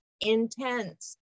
intense